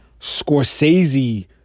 Scorsese